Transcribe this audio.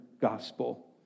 gospel